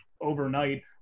overnight